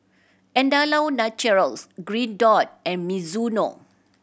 Andalou Naturals Green Dot and Mizuno